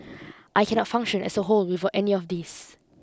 I cannot function as a whole without any of these